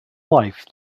life